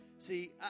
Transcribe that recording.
See